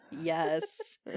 yes